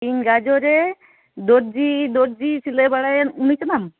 ᱤᱧ ᱜᱟᱡᱚᱨᱮ ᱫᱚᱨᱡᱤ ᱫᱚᱨᱡᱤ ᱥᱤᱞᱟᱹᱭ ᱵᱟᱲᱟᱭᱮᱢ ᱩᱱᱤ ᱠᱟᱱᱟᱢ